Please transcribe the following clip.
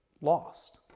lost